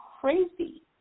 crazy